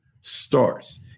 starts